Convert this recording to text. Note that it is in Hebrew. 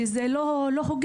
שזה לא הוגן.